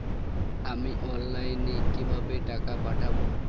আমি অনলাইনে কিভাবে টাকা পাঠাব?